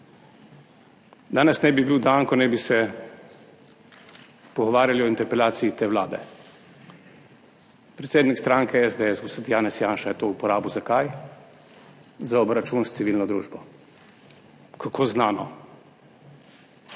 Danes naj bi bil dan, ko naj bi se pogovarjali o interpelaciji te vlade. Predsednik stranke SDS gospod Janez Janša je to uporabil za –kaj? Za obračun s civilno družbo. Kako znano.